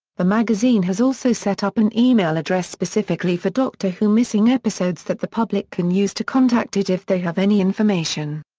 the magazine has also set up an email address specifically for doctor who missing episodes that the public can use to contact it if they have any information.